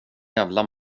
jävla